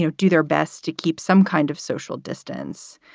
so do their best to keep some kind of social distance.